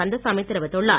கந்தசாமி தெரிவித்துள்ளார்